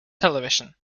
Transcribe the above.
television